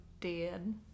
dead